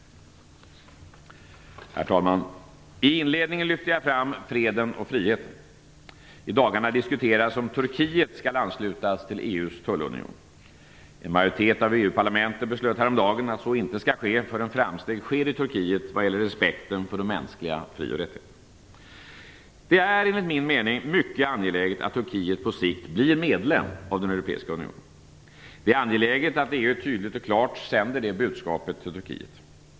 Herr talman! I inledningen lyfte jag fram freden och friheten. I dagarna diskuteras om Turkiet skall anslutas till EU:s tullunion. En majoritet i EU parlamentet beslöt häromdagen att så inte skall ske förrän framsteg sker i Turkiet vad gäller respekten för de mänskliga fri och rättigheterna. Det är enligt min mening mycket angeläget att Turkiet på sikt blir medlem av den europeiska unionen. Det är angeläget att EU tydligt och klart sänder det budskapet till Turkiet.